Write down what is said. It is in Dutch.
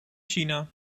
china